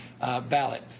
ballot